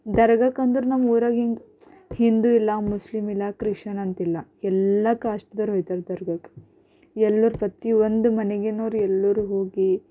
ದರ್ಗಾಕಂದ್ರೂ ನಮ್ಮ ಊರಾಗ ಹಿಂಗೆ ಹಿಂದೂ ಇಲ್ಲ ಮುಸ್ಲಿಮ್ ಇಲ್ಲ ಕ್ರಿಶನಂತಿಲ್ಲ ಎಲ್ಲ ಕಾಸ್ಟ್ದೋರು ಹೊಗ್ತಾರ ದರ್ಗಾಕ್ಕೆ ಎಲ್ಲರ ಪ್ರತಿಯೊಂದು ಮನೆಗಿನೋರು ಎಲ್ಲರು ಹೋಗಿ